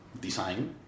design